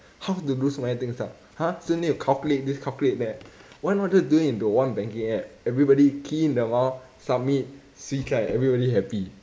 how to do so many things ah !huh! still need to calculate this calculate that why not just do it into one banking app and everybody key in the amount submit shui cai everybody happy